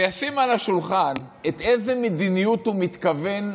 וישים על השולחן את המדיניות שאליה הוא מתכוון,